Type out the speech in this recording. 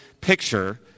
picture